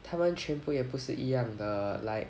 他们全部也不是一样的 like